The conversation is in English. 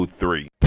three